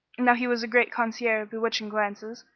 now he was a great connoisseur of bewitching glances,